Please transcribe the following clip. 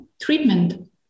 treatment